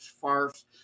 farce